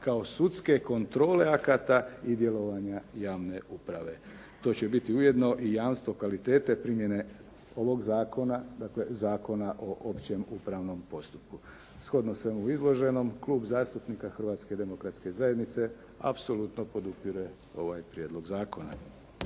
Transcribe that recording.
kao sudske kontrole akata i djelovanja javne uprave. To će biti ujedno i jamstvo kvalitete primjene ovog zakona, dakle Zakona o opće upravnom postupku. Shodno svemu izloženom, Klub zastupnika Hrvatske demokratske zajednice apsolutno podupire ovaj prijedlog zakona.